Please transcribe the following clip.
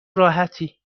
راحتی